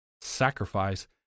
sacrifice